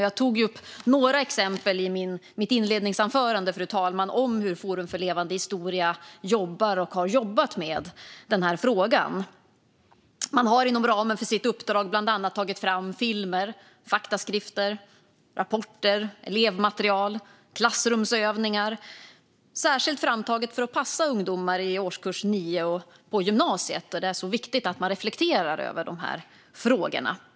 Jag tog upp några exempel i mitt inledningsanförande, fru talman, om hur Forum för levande historia jobbar och har jobbat med frågan. Man har inom ramen för sitt uppdrag bland annat tagit fram filmer, faktaskrifter, rapporter, elevmaterial och klassrumsövningar särskilt framtagna för att passa i årskurs 9 och på gymnasiet där det är så viktigt att man reflekterar över de här frågorna.